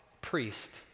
priest